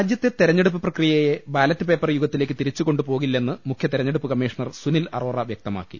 രാജ്യത്തെ തെരഞ്ഞെടുപ്പ് പ്രക്രിയയെ ബാലറ്റ് പേപ്പർ യുഗ ത്തിലേക്ക് തിരിച്ചു കൊണ്ടുപോകില്ലെന്ന് മുഖ്യ തെരഞ്ഞെടുപ്പ് കമ്മീഷണർ സുനിൽ അറോറ വ്യക്തമാക്കി